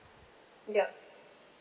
yup